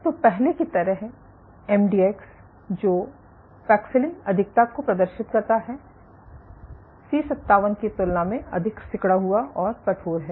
तो पहले की तरह एमडीएक्स जो पैक्सिलिन अधिकता को प्रदर्शित करता है सी57 की तुलना में अधिक सिकुड़ा हुआ और कठोर है